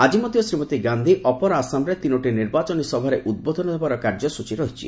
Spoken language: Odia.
ଆଜି ମଧ୍ୟ ଶ୍ରୀମତୀ ଗାନ୍ଧୀ ଅପର ଆସାମରେ ତିନୋଟି ନିର୍ବାଚନୀ ସଭାରେ ଉଦ୍ବୋଧନ ଦେବାର କାର୍ଯ୍ୟସ୍ଟଚୀ ରହିଛି